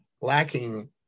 lacking